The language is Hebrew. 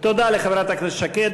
תודה לחברת הכנסת שקד.